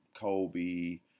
colby